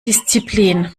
disziplin